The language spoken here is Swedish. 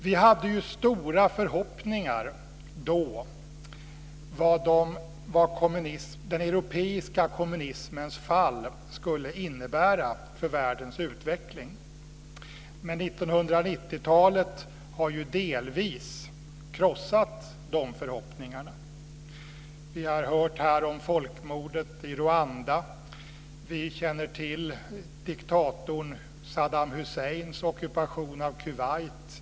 Vi hade stora förhoppningar, då, om vad den europeiska kommunismens fall skulle innebära för världens utveckling. Men 1990-talet har delvis krossat de förhoppningarna. Vi har här hört om folkmordet i Rwanda. Vi känner till diktatorn Saddam Husseins ockupation av Kuwait.